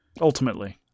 Ultimately